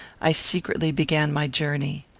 i secretly began my journey.